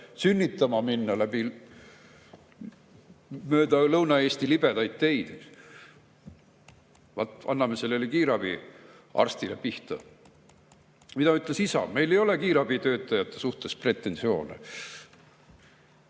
sünnitama minna mööda Lõuna-Eesti libedaid teid. Vaat anname sellele kiirabiarstile pihta. Mida ütles isa? "Meil ei ole kiirabitöötajate suhtes pretensioone.